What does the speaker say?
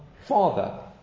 father